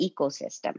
ecosystem